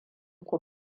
ku